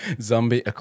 zombie